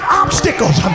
obstacles